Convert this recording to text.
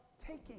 taking